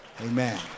Amen